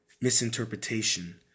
misinterpretation